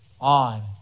on